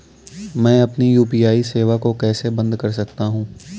मैं अपनी यू.पी.आई सेवा को कैसे बंद कर सकता हूँ?